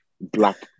black